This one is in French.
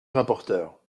rapporteur